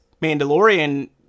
Mandalorian